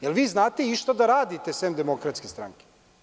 Da li vi znate išta da radite sem Demokratske stranke?